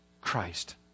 Christ